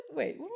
Wait